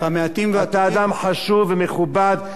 אתה אדם חשוב ומכובד,